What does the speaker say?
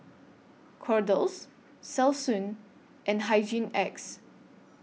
Kordel's Selsun and Hygin X